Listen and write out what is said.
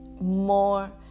more